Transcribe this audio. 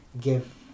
give